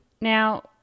Now